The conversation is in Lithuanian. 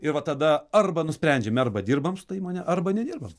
ir va tada arba nusprendžiame arba dirbam su ta įmone arba nedirbam